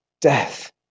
death